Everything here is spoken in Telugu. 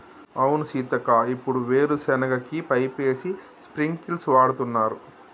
అవును సీతక్క ఇప్పుడు వీరు సెనగ కి పైపేసి స్ప్రింకిల్స్ వాడుతున్నారు